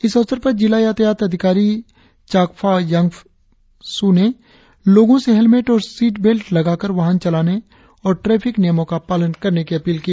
इस अवसर पर जिला यातायात अधिकारी चाकफा वांगसू ने लोगो से हेलमेट और सीट बेल्ट लगाकर वाहन चलाने और ट्रैफिक नियम का पालन करने की अपील की